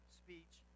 speech